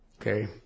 Okay